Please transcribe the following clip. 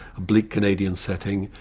a bleak canadian setting.